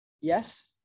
Yes